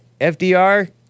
FDR